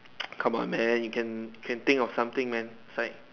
come on man you can you can think of something man it's like